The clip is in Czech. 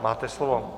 Máte slovo.